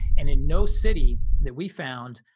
and in no city that we found,